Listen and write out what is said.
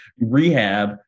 rehab